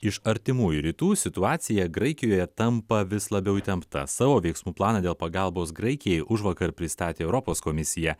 iš artimųjų rytų situacija graikijoje tampa vis labiau įtempta savo veiksmų planą dėl pagalbos graikijai užvakar pristatė europos komisija